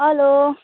hello